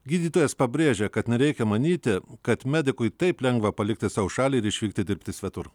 gydytojas pabrėžia kad nereikia manyti kad medikui taip lengva palikti savo šalį ir išvykti dirbti svetur